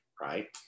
right